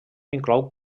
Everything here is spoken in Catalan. inclou